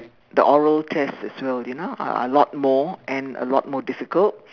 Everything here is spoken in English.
the oral test as well you know a lot more and a lot more difficult